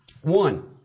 One